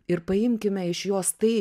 ir paimkime iš jos tai